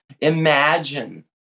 Imagine